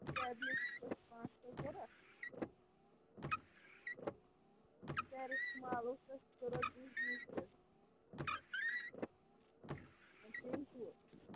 اَسہِ حظ چھُ دَواہ ضروٗرت ٹیبلِٹ ٲسۍ پانٛژھ شیٚے ضروٗرت پیریسٹِمال اوس اَسہِ ضروٗرت بیٚیہِ موٗسِن بیٚیہِ ہُہ